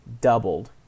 doubled